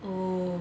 oh